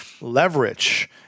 leverage